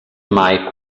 mai